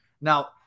Now